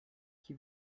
qui